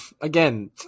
again